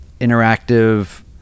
interactive